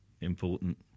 important